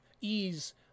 ease